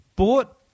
Bought